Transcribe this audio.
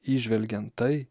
įžvelgiant tai